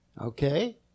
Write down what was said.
okay